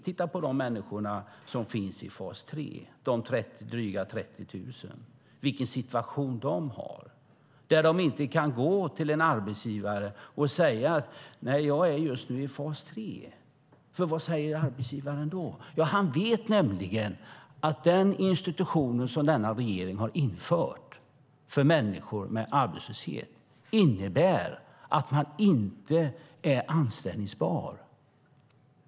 Titta på de människor som finns i fas 3, de drygt 30 000! Se på den situation de har! De kan inte gå till en arbetsgivare och säga: Jag är just nu i fas 3. Vad säger nämligen arbetsgivaren då? Han vet att den institution som denna regering har infört för människor med arbetslöshet innebär att man inte är anställbar.